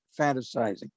fantasizing